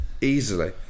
Easily